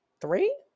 three